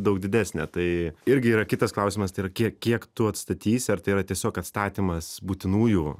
daug didesnė tai irgi yra kitas klausimas tai yra kiek kiek tu atstatysi ar tai yra tiesiog atstatymas būtinųjų